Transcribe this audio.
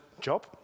Job